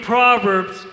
Proverbs